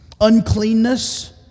Uncleanness